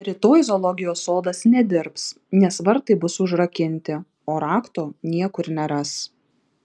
rytoj zoologijos sodas nedirbs nes vartai bus užrakinti o rakto niekur neras